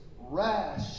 rash